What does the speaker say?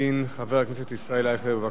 חבר הכנסת ישראל אייכלר, בבקשה.